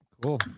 Cool